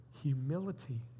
Humility